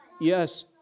Yes